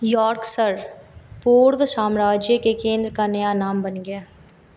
Yorkshire पूर्व साम्राज्य के केंद्र का नया नाम बन गया